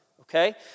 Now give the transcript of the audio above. okay